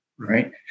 Right